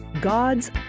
god's